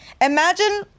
Imagine